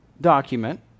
document